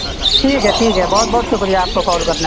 ٹھیک ہے ٹھیک ہے بہت بہت شکریہ آپ کا کال کرنا